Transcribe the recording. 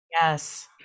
Yes